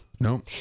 No